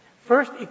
first